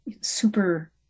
Super